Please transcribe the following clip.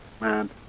man